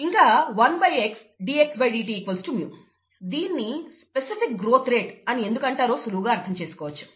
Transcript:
ఇంకా 1 x dxdt µ దీన్ని specific growth rate అని ఎందుకు అంటారో సులువుగా అర్థం చేసుకోవచ్చు